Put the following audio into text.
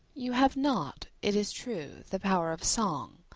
you have not, it is true, the power of song,